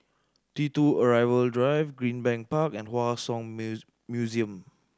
T Two Arrival Drive Greenbank Park and Hua Song Museum